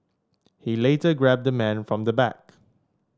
he later grabbed the man from the back